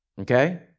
Okay